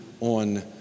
on